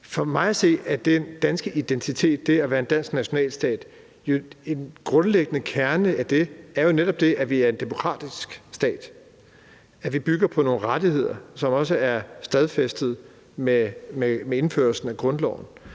kerne i den danske identitet, det at være en dansk nationalstat, jo at vi er en demokratisk stat, at vi bygger på nogle rettigheder, som også er stadfæstet med indførelsen af grundloven,